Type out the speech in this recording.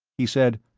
he said,